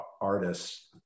artists